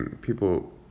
people